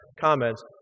Comments